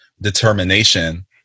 determination